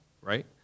right